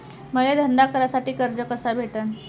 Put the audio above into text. मले धंदा करासाठी कर्ज कस भेटन?